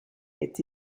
est